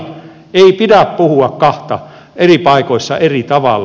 ei pidä puhua kahta eri paikoissa eri tavalla